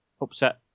upset